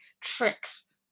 tricks